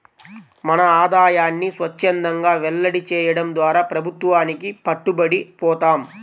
మన ఆదాయాన్ని స్వఛ్చందంగా వెల్లడి చేయడం ద్వారా ప్రభుత్వానికి పట్టుబడి పోతాం